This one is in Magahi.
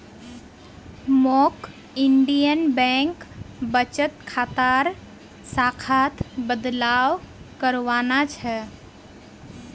मौक इंडियन बैंक बचत खातार शाखात बदलाव करवाना छ